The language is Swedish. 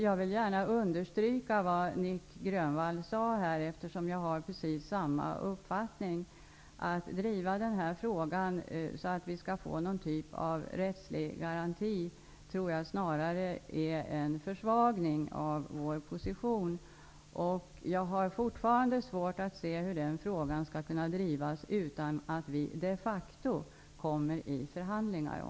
Jag vill gärna understryka det som Nic Grönvall sade, eftersom jag har precis samma uppfattning, dvs. att det snarare innebär en försvagning av vår position att driva denna fråga och kräva någon typ av rättslig garanti. Jag har fortfarande svårt att se hur frågan skall kunna drivas utan att den de facto kommer upp till förhandling.